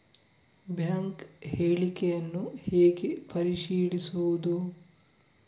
Bank ಹೇಳಿಕೆಯನ್ನು ಹೇಗೆ ಪರಿಶೀಲಿಸುವುದು?